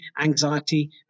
anxiety